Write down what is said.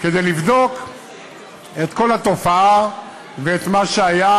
כדי לבדוק את כל התופעה ואת מה שהיה,